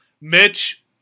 Mitch